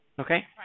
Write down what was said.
Okay